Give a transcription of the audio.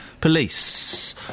Police